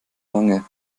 lange